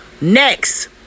Next